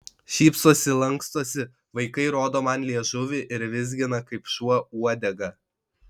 šypsosi lankstosi vaikai rodo man liežuvį ir vizgina kaip šuo uodegą